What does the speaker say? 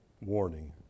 warning